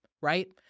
Right